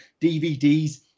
DVDs